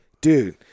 Dude